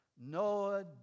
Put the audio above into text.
Noah